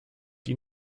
die